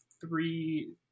three